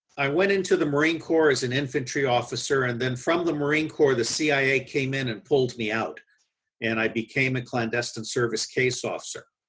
i went into the marine corp as an infantry officer and then from the marine corp the cia came in and pulled me out and i became a clandestine service case officer.